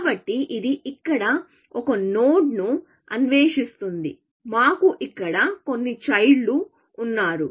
కాబట్టి ఇది ఇక్కడ ఒక నోడ్ను అన్వేషిస్తుంది మాకు ఇక్కడ కొన్ని చైల్డ్ లు ఉన్నారు